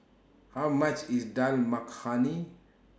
How much IS Dal Makhani